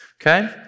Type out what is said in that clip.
okay